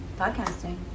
Podcasting